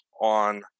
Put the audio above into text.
on